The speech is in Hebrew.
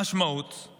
המשמעות היא